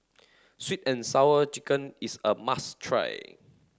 sweet and sour chicken is a must try